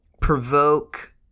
provoke